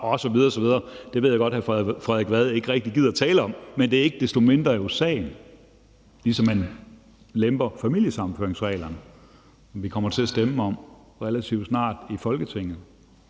osv. osv. Det ved jeg godt at hr. Frederik Vad ikke rigtig gider at tale om, men det er jo ikke desto mindre sagen, ligesom man lemper familiesammenføringsreglerne, som vi kommer til at stemme om relativt snart i Folketinget.